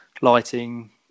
lighting